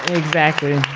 exactly